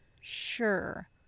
sure